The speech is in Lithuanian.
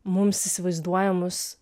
mums įsivaizduojamus